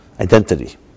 identity